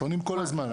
פונים כל הזמן.